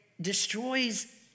destroys